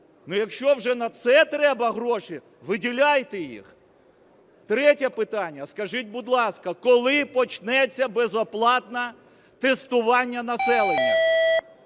Ну, якщо вже на це треба гроші, виділяйте їх. Третє питання. Скажіть, будь ласка, коли почнеться безоплатне тестування населення?